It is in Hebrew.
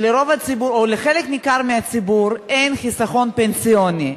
שלחלק ניכר מהציבור אין חיסכון פנסיוני.